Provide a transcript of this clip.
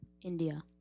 India